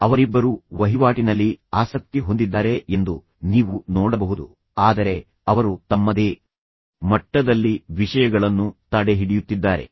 ಅವರಿಬ್ಬರೂ ವಹಿವಾಟಿನಲ್ಲಿ ಆಸಕ್ತಿ ಹೊಂದಿದ್ದಾರೆ ಎಂದು ನೀವು ನೋಡಬಹುದು ಆದರೆ ಅವರು ತಮ್ಮದೇ ಮಟ್ಟದಲ್ಲಿ ವಿಷಯಗಳನ್ನು ತಡೆಹಿಡಿಯುತ್ತಿದ್ದಾರೆ